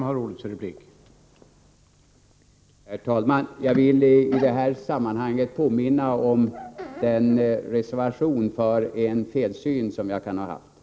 Herr talman! Jag vill i det här sammanhanget påminna om att jag reserverar mig för att jag kan ha sett fel.